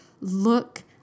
look